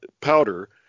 powder